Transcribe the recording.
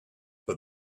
but